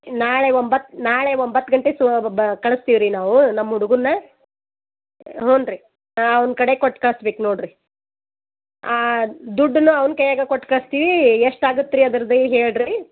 ನಾಳೆ ಒಂಬತ್ತು ನಾಳೆ ಒಂಬತ್ತು ಗಂಟೆಗೆ ಸು ಬ ಕಳಿಸ್ತೀವಿ ರೀ ನಾವು ನಮ್ಮ ಹುಡುಗನ್ನ ಹ್ಞೂ ರೀ ಅವ್ನ ಕಡೆಗೆ ಕೊಟ್ಟು ಕಳ್ಸ್ಬೇಕು ನೋಡಿರಿ ದುಡ್ಡನ್ನೂ ಅವ್ನ ಕೈಯಾಗೆ ಕೊಟ್ಕಳ್ಸ್ತೀವಿ ಎಷ್ಟಾಗತ್ತೆ ರೀ ಅದ್ರದ್ದು ಈಗ ಹೇಳಿರಿ